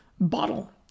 bottle